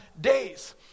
days